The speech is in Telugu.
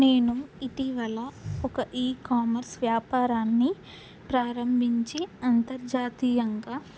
నేను ఇటీవల ఒక ఈ కామర్స్ వ్యాపారాన్ని ప్రారంభించి అంతర్జాతీయంగా